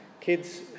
kids